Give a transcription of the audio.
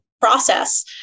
process